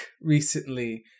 recently